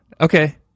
Okay